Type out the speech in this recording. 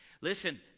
Listen